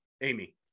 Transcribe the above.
Amy